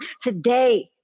today